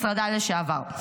משרדה לשעבר.